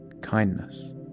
kindness